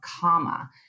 comma